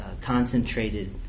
concentrated